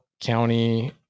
County